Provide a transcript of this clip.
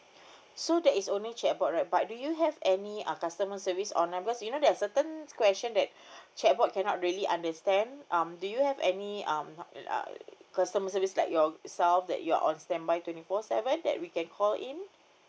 so that is only chat bot right but do you have any uh customer service or numbers you know there's certain question that chat bot cannot really understand um do you have any um uh customer service like your itself that you're on standby twenty four seven that we can call in